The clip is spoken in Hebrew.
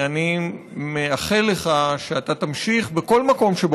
אני מאחל לך שאתה תמשיך בכל מקום שבו